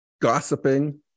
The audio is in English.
gossiping